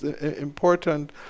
important